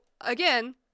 again